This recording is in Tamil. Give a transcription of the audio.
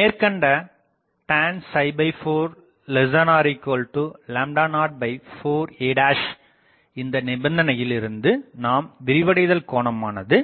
மேற்கண்ட tan 4 04a இந்த நிபந்தனையில் இருந்து நாம் விரிவடைதல் கோணமானது